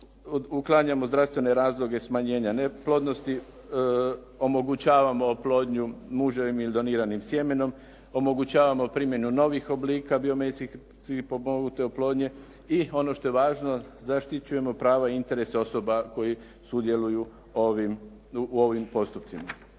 uklanjamo zdravstvene razloge smanjenja neplodnosti, omogućavamo oplodnju muževim ili doniranim sjemenim, omogućavamo primjenu novih oblika biomedicinski potpomognute oplodnje i ono što je važno zaštićujemo prava i interes osoba koje sudjeluju u ovim postupcima.